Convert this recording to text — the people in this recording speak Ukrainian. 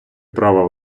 права